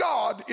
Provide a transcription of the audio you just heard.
God